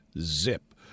zip